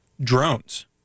Drones